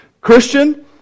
Christian